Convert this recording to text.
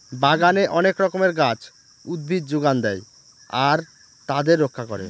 বাগানে অনেক রকমের গাছ, উদ্ভিদ যোগান দেয় আর তাদের রক্ষা করে